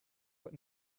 but